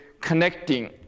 connecting